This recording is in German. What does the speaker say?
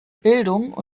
bildung